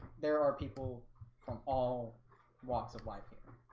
there are people from all walks of life here